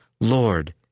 Lord